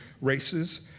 races